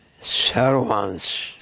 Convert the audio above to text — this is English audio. servants